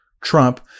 Trump